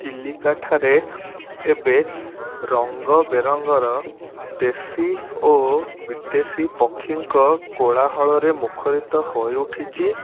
ଚିଲିକାଠାରେ ଏବେ ରଙ୍ଗବେରଙ୍ଗର ଦେଶୀ ଓ ବିଦେଶୀ ପକ୍ଷୀଙ୍କ କୋଳାହଳରେ ମୁଖରିତ ହୋଇ ଉଠିଛି